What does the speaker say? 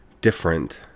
different